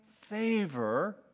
favor